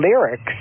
lyrics